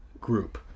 group